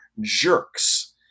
jerks